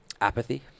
apathy